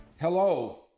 Hello